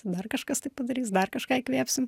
dar kažkas tai padarys dar kažką įkvėpsim